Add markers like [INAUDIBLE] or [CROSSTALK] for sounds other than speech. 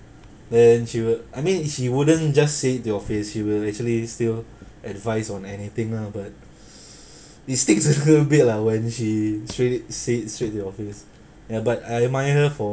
then she will I mean she wouldn't just say it to your face she will actually still advice on anything lah but [BREATH] it sticks a little bit lah when she straight it say it straight to your face ya but I admire her for